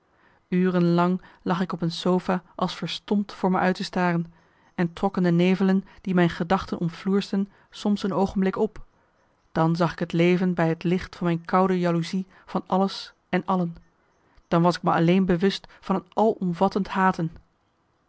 lang lag ik op een sofa als verstompt voor me uit te staren en trokken de nevelen die mijn gedachten omfloersden soms een oogenblik op dan zag ik het leven bij het licht van mijn koude jaloezie van alles en allen dan was ik me alleen bewust van een alomvattend haten